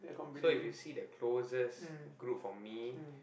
so if you see the closest group for me